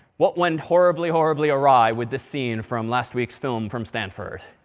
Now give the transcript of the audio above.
what went horribly, horribly awry with this scene from last week's film from stanford?